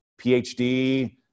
PhD